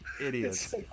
Idiots